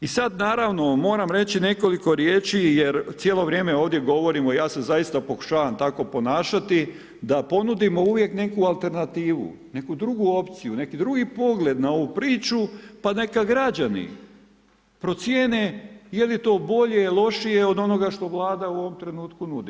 I sad naravno, moram reći nekoliko riječi jer cijelo vrijeme ovdje govorimo, ja se zaista pokušavam tako ponašati, da ponudimo uvijek neku alternativu, neku drugu opciju, neki drugi pogled na ovu priču, pa neka građani procijene je li to bolje, lošije od onoga što Vlada u ovom trenutku nudi.